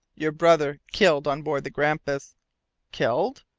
your brother, killed on board the grampus killed!